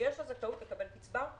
שיש לה זכאות לקבל קצבה,